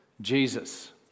Jesus